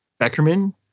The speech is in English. Beckerman